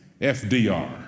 FDR